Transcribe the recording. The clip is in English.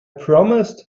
promised